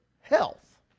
health